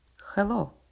Hello